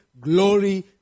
glory